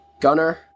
Gunner